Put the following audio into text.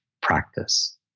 practice